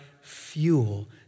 fuel